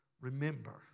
remember